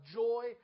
joy